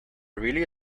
really